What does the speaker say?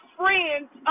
friends